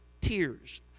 tears